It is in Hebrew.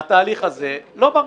משהו בתהליך הזה לא בריא.